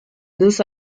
this